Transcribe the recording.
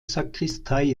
sakristei